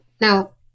now